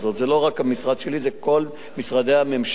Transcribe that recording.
זה לא רק המשרד שלי, זה כל משרדי הממשלה,